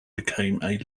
became